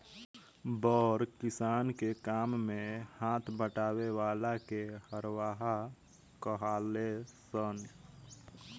बड़ किसान के काम मे हाथ बटावे वाला के हरवाह कहाले सन